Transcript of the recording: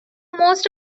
most